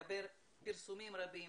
מחבר פרסומים רבים